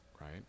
right